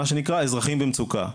מה שנקרא אזרחים במצוקה,